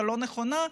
הלא-נכונה,